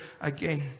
again